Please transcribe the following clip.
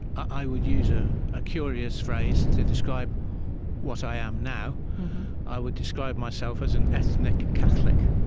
i would use a ah curious phrase to describe what i am now i would describe myself as an ethnic catholic,